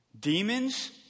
Demons